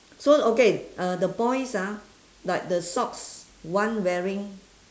so okay uh the boys ah but the socks one wearing